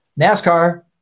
NASCAR